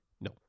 No